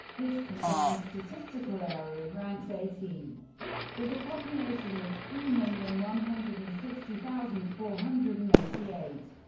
its combined statistical area ranks eighteenth with a population of three million one hundred and sixty thousand four hundred and eighty eight.